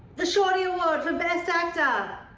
the shorty award for best actor.